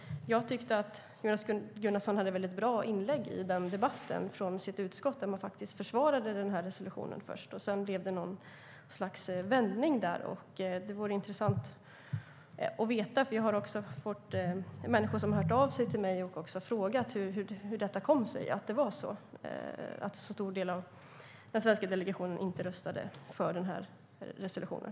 Jag tyckte att Jonas Gunnarsson hade ett bra inlägg i debatten från sitt utskott, där man först försvarade resolutionen. Sedan blev det något slags vändning där. Det vore intressant att få veta lite mer. Människor har hört av sig till mig och frågat hur det kom sig att en så stor del av den svenska delegationen inte röstade för resolutionen.